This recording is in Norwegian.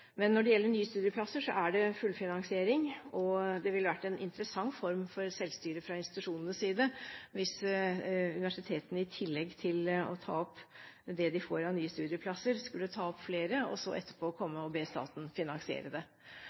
Men når det gjelder nye studieplasser, er det fullfinansiering. Det ville ha vært en interessant form for selvstyre fra institusjonenes side hvis universitetene i tillegg til å ta opp det de får av nye studieplasser, skulle ta opp flere og så etterpå komme og be staten finansiere det.